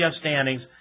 standings